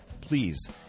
please